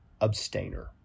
abstainer